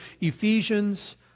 Ephesians